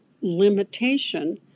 limitation